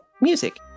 music